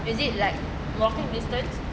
is it like walking distance